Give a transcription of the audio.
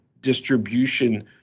distribution